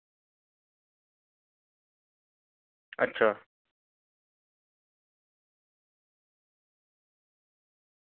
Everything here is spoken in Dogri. अच्छा